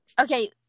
Okay